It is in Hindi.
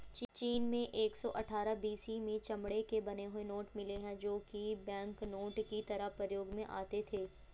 चीन में एक सौ अठ्ठारह बी.सी में चमड़े के बने हुए नोट मिले है जो की बैंकनोट की तरह प्रयोग में आते थे